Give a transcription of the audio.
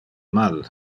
mal